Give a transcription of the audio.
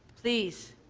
please.